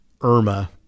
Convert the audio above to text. IRMA